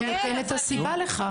הוא נותן את הסיבה לכך.